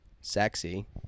Sexy